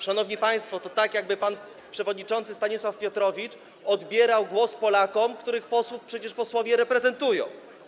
Szanowni państwo, to jest tak, jakby pan przewodniczący Stanisław Piotrowicz odbierał głos Polakom, których przecież posłowie reprezentują.